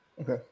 Okay